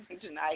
tonight